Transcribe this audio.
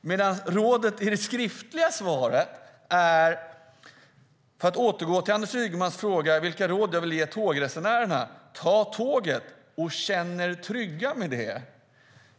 Men rådet i det skriftliga svaret är: "För att återgå till Anders Ygemans fråga, vilka råd vill jag ge tågresenärerna? Ta tåget och känn er trygga med det."